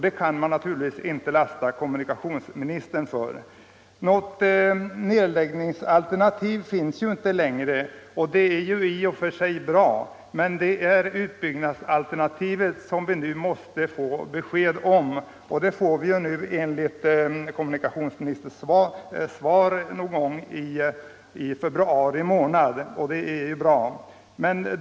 Det kan man givetvis inte lasta kommunikationsministern för. Något nedläggningsalternativ finns inte längre, och det är i och för sig bra. Men utbyggnadsalternativet måste vi nu få ett besked om, och enligt kommunikationsministerns svar får vi ju också det någon gång i februari månad.